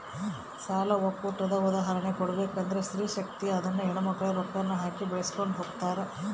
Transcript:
ಸಾಲ ಒಕ್ಕೂಟದ ಉದಾಹರ್ಣೆ ಕೊಡ್ಬಕಂದ್ರ ಸ್ತ್ರೀ ಶಕ್ತಿ ಅದುನ್ನ ಹೆಣ್ಮಕ್ಳೇ ರೊಕ್ಕಾನ ಹಾಕಿ ಬೆಳಿಸ್ಕೊಂಡು ಹೊಗ್ತಾರ